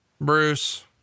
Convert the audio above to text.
Bruce